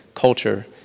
culture